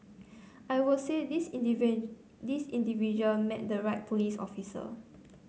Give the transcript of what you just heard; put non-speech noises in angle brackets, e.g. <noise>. I would say this <unintelligible> this individual met the right police officer